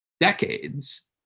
decades